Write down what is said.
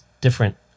different